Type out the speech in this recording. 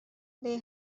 they